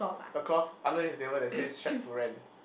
across under his table that say shack to rent